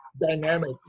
dynamic